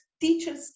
Teachers